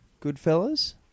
Goodfellas